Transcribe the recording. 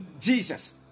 Jesus